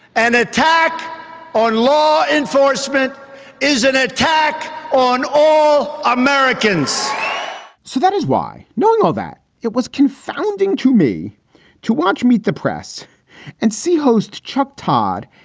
an attack on law enforcement is an attack on all americans so that is why knowing that it was confounding to me to watch meet the press and see host chuck todd,